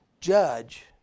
judge